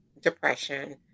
depression